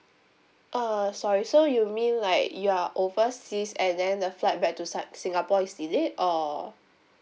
uh sorry so you mean like you are overseas and then the flight back to sa~ singapore is delayed or